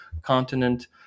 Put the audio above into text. continent